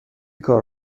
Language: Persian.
کار